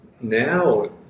now